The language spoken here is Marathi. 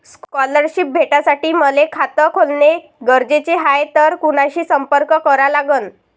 स्कॉलरशिप भेटासाठी मले खात खोलने गरजेचे हाय तर कुणाशी संपर्क करा लागन?